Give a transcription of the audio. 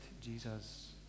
Jesus